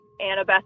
Annabeth